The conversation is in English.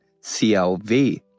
CLV